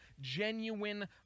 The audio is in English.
genuine